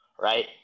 right